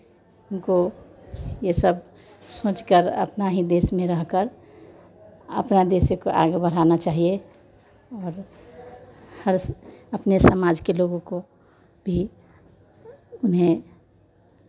उनको ये सब सोचकर अपना ही देश में रहकर अपना देश को आगे बढ़ाना चाहिए और हर अपने समाज के लोगों को भी उन्हें